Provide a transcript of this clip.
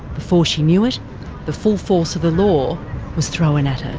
before she knew it the full force of the law was thrown at her.